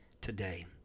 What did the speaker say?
today